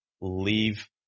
leave